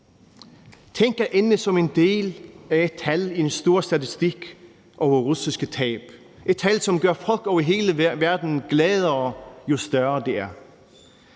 Tænk at ende som en del af et tal i en stor statistik over russiske tab – et tal, som gør folk over hele verden gladere, jo større det er.